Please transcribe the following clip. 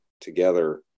together